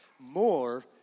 More